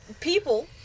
People